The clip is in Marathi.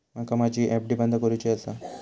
माका माझी एफ.डी बंद करुची आसा